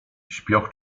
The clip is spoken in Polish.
śpioch